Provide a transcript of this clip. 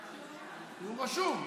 הוא רשום.